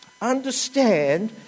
Understand